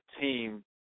team